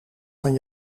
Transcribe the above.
van